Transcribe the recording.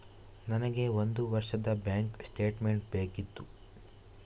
ನನಗೆ ಒಂದು ವರ್ಷದ ಬ್ಯಾಂಕ್ ಸ್ಟೇಟ್ಮೆಂಟ್ ಬೇಕಿತ್ತು